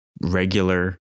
regular